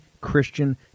christian